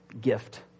gift